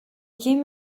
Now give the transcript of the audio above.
came